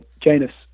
Janus